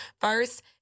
First